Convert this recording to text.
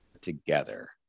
together